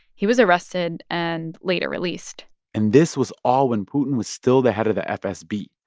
he was arrested and later released and this was all when putin was still the head of the fsb.